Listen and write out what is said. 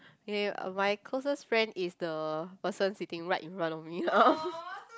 K my closest friend is the person sitting right in front of me now